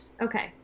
Okay